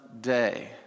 day